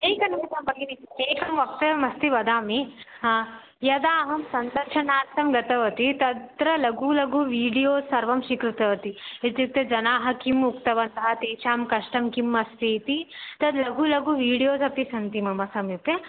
एकं भगिनि एकं वक्तव्यमस्ति वदामि यदा अहं सन्दर्शनार्थं गतवती तत्र लघु लघु वीडियोस् सर्वं स्वीकृतवती इत्युक्ते जनाः किम् उक्तवन्तः तेषां कष्टं किम् अस्ति इति तद् लघु लघु वीडियोस् अपि सन्ति मम समीपे